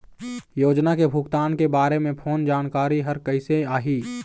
योजना के भुगतान के बारे मे फोन जानकारी हर कइसे आही?